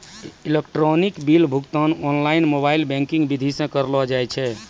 electronic bill भुगतान online mobile banking विधि से करलो जाय छै